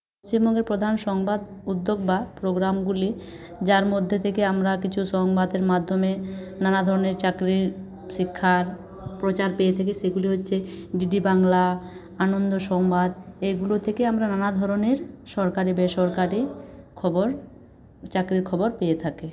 পশ্চিমবঙ্গের প্রধান সংবাদ উদ্যোগ বা পোগ্রামগুলি যার মধ্যে থেকে আমরা কিছু সংবাদের মাধ্যমে নানা ধরণের চাকরির শিক্ষার প্রচার পেয়ে থাকি সেগুলি হচ্ছে ডিডি বাংলা আনন্দ সংবাদ এইগুলো থেকে আমরা নানা ধরণের সরকারি বেসরকারি খবর চাকরির খবর পেয়ে থাকি